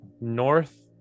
north